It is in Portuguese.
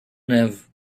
neve